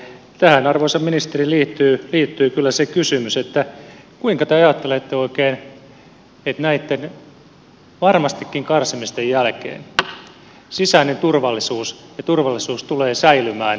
tähän arvoisa ministeri liittyy kyllä se kysymys kuinka te oikein ajattelette että näitten varmastikin karsimisten jälkeen sisäinen turvallisuus tulee säilymään esimerkiksi harvaan asutuilla alueilla